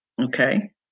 Okay